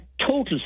total